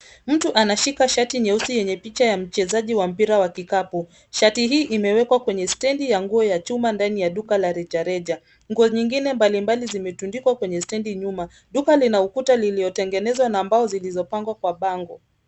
Mtu anashika shati nyeusi yenye picha ya mchezaji wa mpira wa kikapu. Shati hii imewekwa kwenye stendi ya nguo ya chuma ndani ya duka la rejareja. Nguo nyingine mbalimbali zimetundikwa kwenye stendi nyuma. Duka lina ukuta lililotengenezwa na mbao zilizopangwa kwa bango.